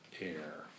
air